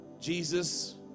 Jesus